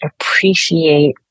appreciate